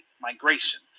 Migration